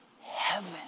heaven